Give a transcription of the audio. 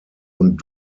und